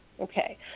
Okay